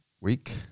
week